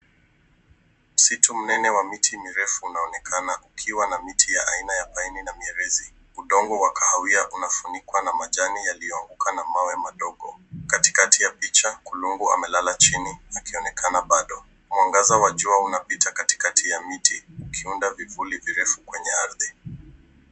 Msitu mnene wa miti mirefu unaonekana ukiwa na miti ya aina ya paini na mierizi. Udongo wa kahawia unafunikwa na majani yaliyoanguka na mawe madogo. Katikati ya picha, kolongo amelala chini akionekana bado. Mwangaza wa jua unapita katikati ya miti ukiunda vivuli virefu kwenye ardhi.